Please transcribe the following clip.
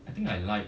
I think I like